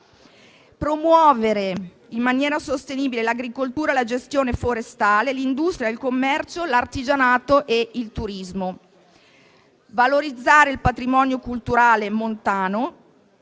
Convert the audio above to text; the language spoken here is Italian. promuovere in maniera sostenibile l'agricoltura e la gestione forestale, l'industria, il commercio, l'artigianato e il turismo; valorizzare il patrimonio culturale e montano